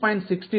6122660